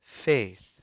faith